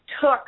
took